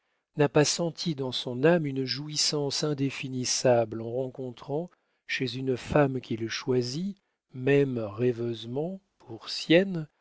n'a pas senti dans son âme une jouissance indéfinissable en rencontrant chez une femme qu'il choisit même rêveusement pour sienne